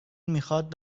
میخواد